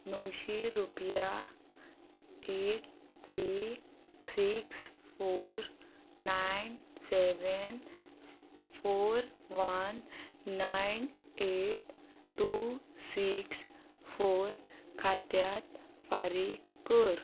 णवशी रुपया eight three six four nine seven four one nine eight two six four खात्यात फारीक कर